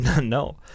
No